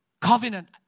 covenant